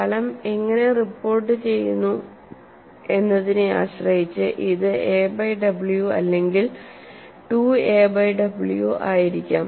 ഫലം എങ്ങനെ റിപ്പോർട്ടുചെയ്യുന്നു എന്നതിനെ ആശ്രയിച്ച് ഇത് എ ബൈ w അല്ലെങ്കിൽ 2a ബൈ w ആയിരിക്കാം